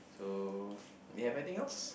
so you have anything else